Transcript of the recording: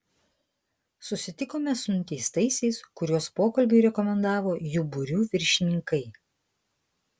susitikome su nuteistaisiais kuriuos pokalbiui rekomendavo jų būrių viršininkai